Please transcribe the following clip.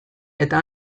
eta